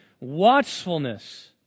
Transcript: watchfulness